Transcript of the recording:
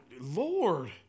Lord